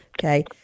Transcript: Okay